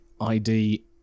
ID